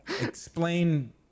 Explain